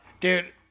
Dude